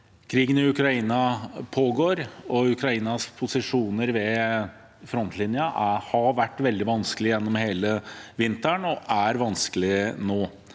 Krigen i Ukraina pågår, og Ukrainas posisjoner ved frontlinjen har vært veldig vanskelige gjennom hele vinteren og er det også nå.